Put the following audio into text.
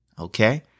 okay